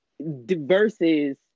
versus